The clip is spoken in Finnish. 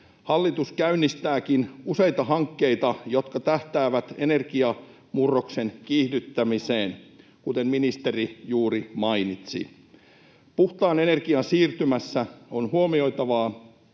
Hallitus käynnistääkin useita hankkeita, jotka tähtäävät energiamurroksen kiihdyttämiseen, kuten ministeri juuri mainitsi. Puhtaan energian siirtymässä on huomioitava